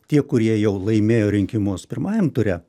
tie kurie jau laimėjo rinkimus pirmajam ture